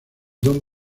don